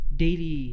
Daily